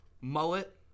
Mullet